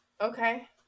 Okay